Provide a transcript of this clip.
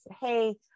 hey